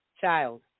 Child